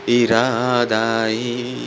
iradai